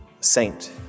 saint